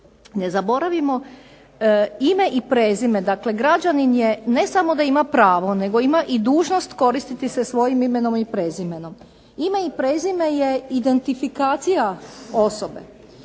Ne zaboravimo ime i prezime, dakle građanin je ne samo da ima pravo nego ima i dužnost koristiti se svojim imenom i prezimenom. Ime i prezime je identifikacija osobe.